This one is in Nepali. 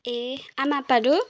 ए आमा आप्पाहरू